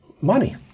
money